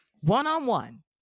one-on-one